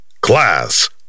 Class